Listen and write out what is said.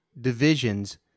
division's